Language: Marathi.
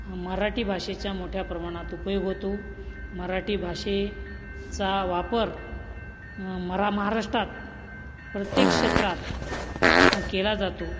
मराठी भाषेच्या मोठ्या प्रमाणात उपयोग होतो मराठी भाषेचा वापर मरा महाराष्ट्रात प्रत्येक क्षेत्रात केला जातो